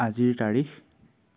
আজিৰ তাৰিখ